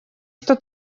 что